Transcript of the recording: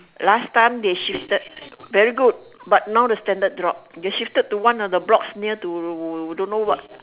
last time they shifted very good but now the standard drop they shifted to one of the blocks near to don't know what